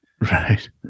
Right